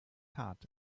hart